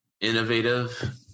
innovative